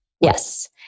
Yes